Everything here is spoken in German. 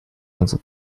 unsere